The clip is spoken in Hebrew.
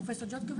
האוניברסיטאות.